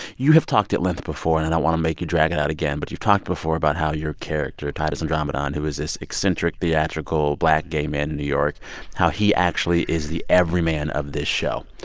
you have talked at length before and and i don't want to make you drag it out again, but you've talked before about how your character titus andromedon, who is this eccentric, theatrical, black, gay man in new york how he actually is the everyman of this show.